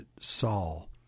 Saul